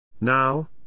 Now